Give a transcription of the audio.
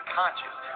conscious